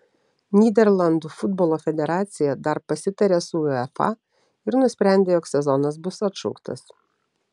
nyderlandų futbolo federacija dar pasitarė su uefa ir nusprendė jog sezonas bus atšauktas